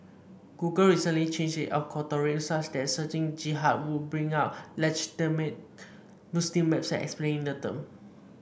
Google recently changed its algorithms such that searching Jihad would bring up legitimate Muslim websites explaining the term